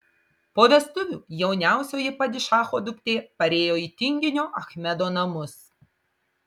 po vestuvių jauniausioji padišacho duktė parėjo į tinginio achmedo namus